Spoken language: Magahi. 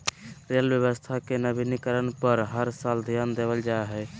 रेल व्यवस्था के नवीनीकरण पर हर साल ध्यान देवल जा हइ